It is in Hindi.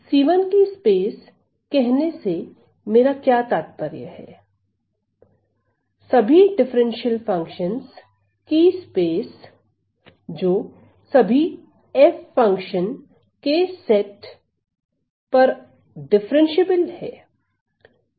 c1 की स्पेस कहने से मेरा क्या तात्पर्य है सभी अवकल फंक्शनस की स्पेस जो सभी f फंक्शन के सेट पर अवकलनीय हैं